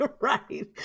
Right